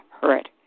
hurt